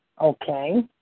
Okay